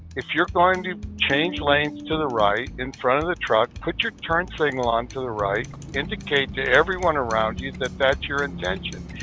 if you're going to change lanes to the right, in front of the truck, put your turn signal onto the right. indicate to everyone around you that that's your intention.